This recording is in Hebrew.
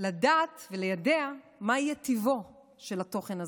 לדעת ולידע מה יהיה טיבו של תוכן זה.